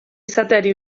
izateari